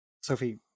Sophie